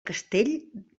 castell